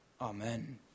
Amen